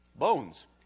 Bones